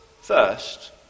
First